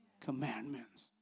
commandments